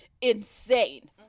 insane